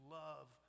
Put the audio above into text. love